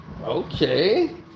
okay